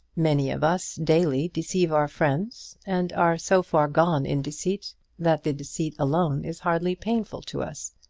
many of us daily deceive our friends, and are so far gone in deceit that the deceit alone is hardly painful to us.